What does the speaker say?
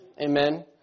Amen